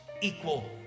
equal